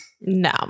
no